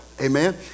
Amen